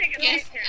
Yes